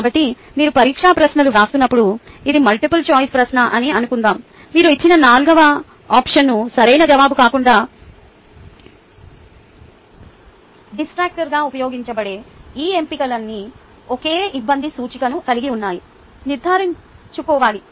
కాబట్టి మీరు పరీక్షా ప్రశ్నలు వ్రాస్తున్నప్పుడు ఇది మల్టిపుల్ చాయిస్ ప్రశ్న అని అనుకుందాం మీరు ఇచ్చిన 4 ఆప్షన్లు సరైన జవాబు కాకుండా డిస్ట్రాక్టర్గా ఉపయోగించబడే ఈ ఎంపికలన్నీ ఒకే ఇబ్బంది సూచికను కలిగి ఉన్నాయని నిర్ధారించుకోవాలి